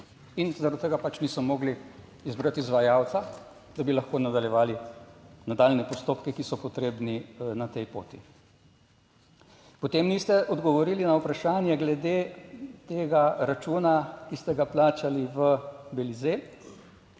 in zaradi tega pač niso mogli izbrati izvajalca, da bi lahko nadaljevali nadaljnje postopke, ki so potrebni na tej poti. Potem niste odgovorili na vprašanje glede tega računa, ki ste ga plačali v Belize.